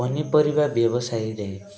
ପନିପରିବା ବ୍ୟବସାୟୀରେ